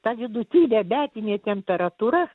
ta vidutinė metinė temperatūra